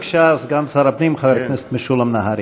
בבקשה, סגן שר הפנים, חבר הכנסת משולם נהרי.